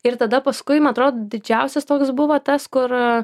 ir tada paskui man atrodo didžiausias toks buvo tas kur